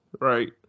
right